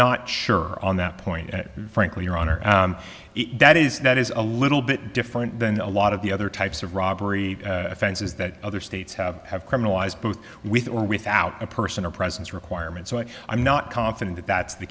not sure on that point and frankly your honor that is that is a little bit different than a lot of the other types of robbery offenses that other states have have criminalized both with or without a person or presence requirement so i i'm not confident that that's the